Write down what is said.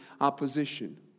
opposition